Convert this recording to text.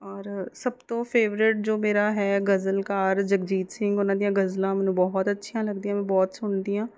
ਔਰ ਸਭ ਤੋਂ ਫੇਵਰੇਟ ਜੋ ਮੇਰਾ ਹੈ ਗਜ਼ਲਕਾਰ ਜਗਜੀਤ ਸਿੰਘ ਉਹਨਾਂ ਦੀਆਂ ਗਜ਼ਲਾਂ ਮੈਨੂੰ ਬਹੁਤ ਅੱਛੀਆਂ ਲੱਗਦੀਆਂ ਮੈਂ ਬਹੁਤ ਸੁਣਦੀ ਹਾਂ